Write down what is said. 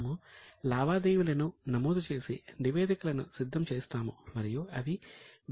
మనము లావాదేవీలను నమోదు చేసి నివేదికలను సిద్ధం చేస్తాము మరియు అవి వినియోగదారులకు అందించబడతాయి